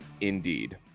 Indeed